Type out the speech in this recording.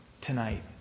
tonight